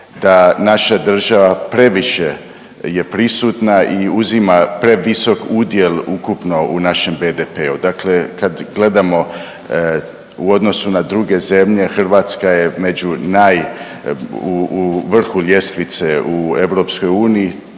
da naša država previše je prisutna i uzima previsok udjel ukupno u našem BDP-u. Dakle, kad gledamo u odnosu na druge zemlje Hrvatska je među naj, u vrhu ljestvice u EU.